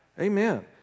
Amen